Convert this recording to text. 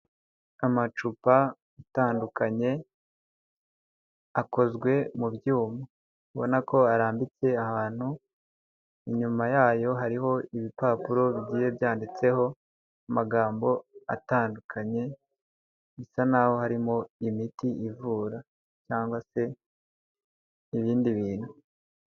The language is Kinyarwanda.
Amacupa atandukanye akozwe mu byuma, ubona ko arambitse ahantu, inyuma yayo hariho ibipapuro bigiye byanditseho amagambo atandukanye, bisa naho harimo imiti ivura cyangwa se ibindi bintu.